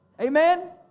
Amen